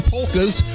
Polkas